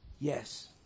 Yes